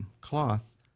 cloth